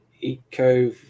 eco